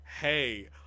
hey